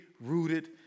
rooted